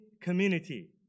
Community